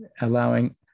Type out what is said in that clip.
allowing